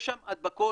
יש שם הדבקות.